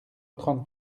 trente